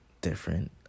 different